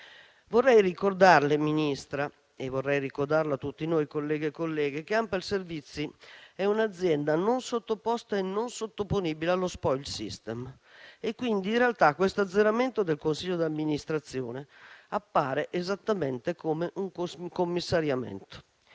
Vorrei ricordarle, signora Ministra, e vorrei ricordarlo a tutti noi, colleghe e colleghi, che ANPAL Servizi è un'azienda non sottoposta e non sottoponibile allo *spoil system,* quindi in realtà questo azzeramento del consiglio d'amministrazione appare esattamente come un commissariamento.